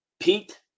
Pete